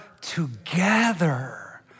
together